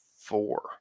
four